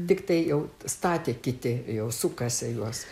tiktai jau statė kiti jau sukasė juos